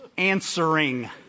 answering